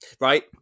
Right